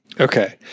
Okay